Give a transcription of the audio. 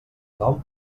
nom